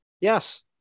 yes